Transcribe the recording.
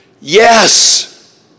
Yes